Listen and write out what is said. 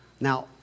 now